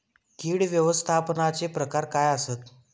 कीड व्यवस्थापनाचे प्रकार काय आसत?